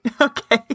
Okay